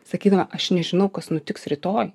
sakydama aš nežinau kas nutiks rytoj